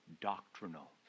doctrinal